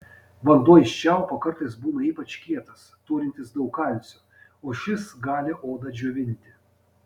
vanduo iš čiaupo kartais būna ypač kietas turintis daug kalcio o šis gali odą džiovinti